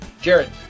Jared